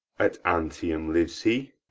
at antium lives he?